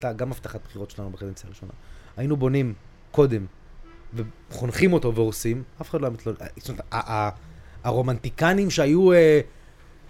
הייתה גם הבטחת בחירות שלנו בקדנציה הראשונה. היינו בונים קודם וחונכים אותו והורסים אף אחד לא היה מתלונן. הרומנטיקנים שהיו